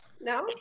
No